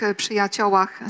przyjaciołach